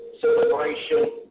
celebration